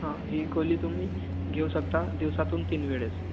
हं ही गोळी तुम्ही घेऊ शकता दिवसातून तीन वेळेस